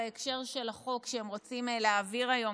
בהקשר של החוק שהם רוצים להעביר היום,